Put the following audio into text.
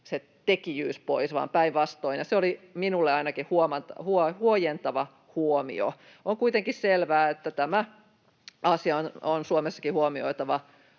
tekijyys pois, päinvastoin. Ja se oli ainakin minulle huojentava huomio. On kuitenkin selvää, että tämä asia on Suomessakin huomioitava